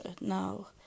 now